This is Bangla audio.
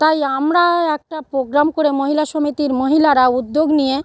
তাই আমরা একটা পোগ্রাম করে মহিলা সমিতির মহিলারা উদ্যোগ নিয়ে